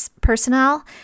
personnel